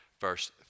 verse